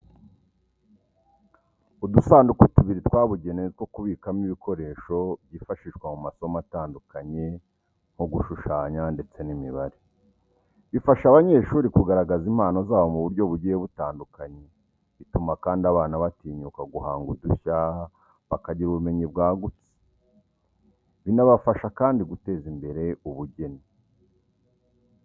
Udusanduku tubiri twabugenewe two kubikamo ibikoresho byifashishwa mu masomo atandukanye nko gushushanya ndetse n'imibare. Bifasha abanyeshuri kugaragaza impano zabo mu buryo bugiye butandukanye, bituma kandi abana batinyuka guhanga udushya, bakagira ubumenyi bwagutse, binabafasha kandi guteza imbere ubugeni.